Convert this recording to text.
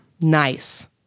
Nice